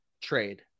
trade